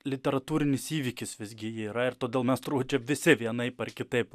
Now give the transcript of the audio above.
literatūrinis įvykis visgi yra ir todėl mes turbūt visi vienaip ar kitaip